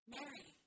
Mary